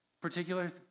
particular